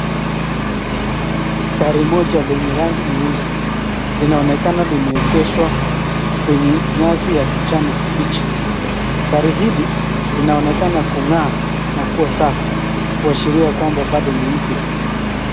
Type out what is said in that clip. Gari moja lenye rangi nyeusi linaonekana limeegeshwa kwenye nyasi ya kijani kibichi. Gari hili linaonekana kung'aa na kuwa safi kuashiria kwamba bado ni mpya.